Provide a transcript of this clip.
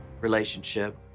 relationship